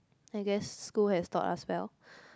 I guess school has taught us well